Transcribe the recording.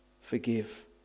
forgive